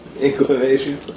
inclination